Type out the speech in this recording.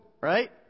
right